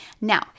Now